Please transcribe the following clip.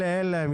כל אלה אין להם.